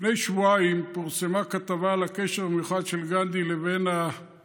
לפני שבועיים פורסמה כתבה על הקשר המיוחד של גנדי לבדואים,